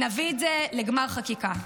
נביא את זה לגמר חקיקה.